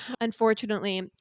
Unfortunately